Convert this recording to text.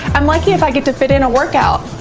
i'm lucky if i get to fit in a workout.